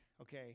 okay